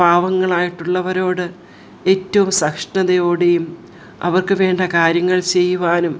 പാവങ്ങളായിട്ടുള്ളവരോട് ഏറ്റവും സഹിഷ്ണുതയോടെയും അവർക്ക് വേണ്ട കാര്യങ്ങൾ ചെയ്യുവാനും